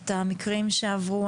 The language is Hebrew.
את המקרים שעברו,